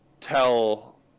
tell